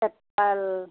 apple